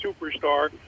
superstar